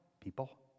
people